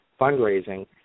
fundraising